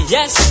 Yes